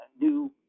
new